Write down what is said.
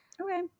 okay